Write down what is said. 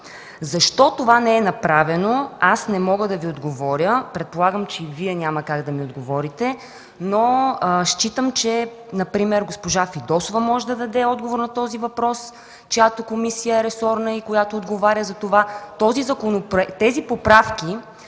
Защо това не е направено, аз не мога да Ви отговоря. Предполагам, че и Вие няма как да ми отговорите, но считам, че примерно госпожа Фидосова може да даде отговор на този въпрос, чиято комисия е ресорна и която отговаря за това тези поправки